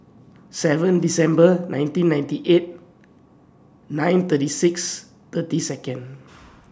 seven December nineteen ninety eight nine thirty six thirty Seconds